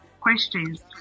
questions